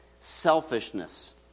Selfishness